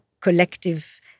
collective